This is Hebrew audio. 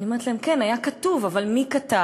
אני אומרת להם: כן, היה כתוב, אבל מי כתב?